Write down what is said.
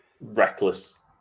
reckless